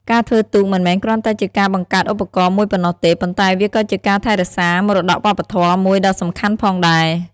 ការធ្វើទូកមិនមែនគ្រាន់តែជាការបង្កើតឧបករណ៍មួយប៉ុណ្ណោះទេ ប៉ុន្តែវាក៏ជាការថែរក្សាមរតកវប្បធម៌មួយដ៏សំខាន់ផងដែរ។